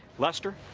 lester?